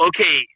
Okay